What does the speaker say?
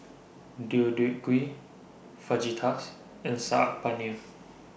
Deodeok Gui Fajitas and Saag Paneer